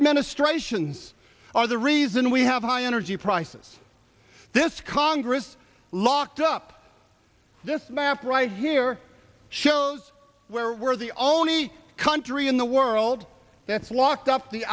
administrations are the reason we have high energy prices this congress locked up this after right here shows where we're the only country in the world that's locked up the